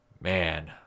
Man